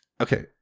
Okay